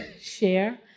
share